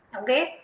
okay